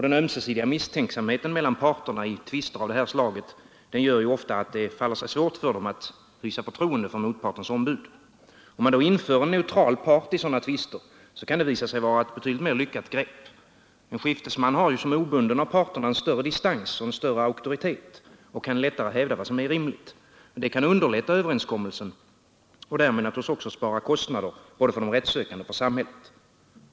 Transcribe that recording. Den ömsesidiga misstänksamheten mellan parterna i tvister av det här slaget gör ju ofta att det faller sig svårt för dem att hysa förtroende för motpartens ombud. Om man för in en neutral i sådana tvister kan det visa sig vara ett betydligt mer lyckat grepp. En skiftesman har som obunden av parterna en större distans och en större auktoritet och kan lättare hävda vad som är rimligt. Det kan underlätta en överenskommelse och därmed naturligtvis också spara kostnader både för de rättssökande och för samhället.